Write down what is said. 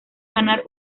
ganar